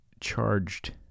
charged